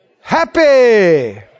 Happy